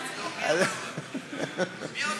איוב,